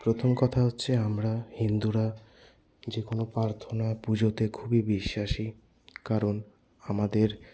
প্রথম কথা হচ্ছে আমরা হিন্দুরা যে কোনো প্রার্থনা পুজোতে খুবই বিশ্বাসী কারণ আমাদের